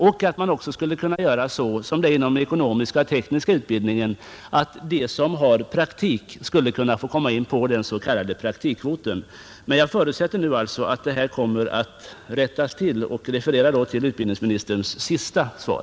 Man skulle också kunna göra så, som inom den ekonomiska och tekniska utbildningen, att de som har pråktik skulle få komma in på den s.k. praktikkvoten. Jag förutsätter nu att detta kommer att rättas till och refererar då till utbildningsministerns senaste svar.